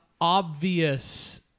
obvious